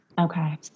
Okay